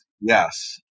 Yes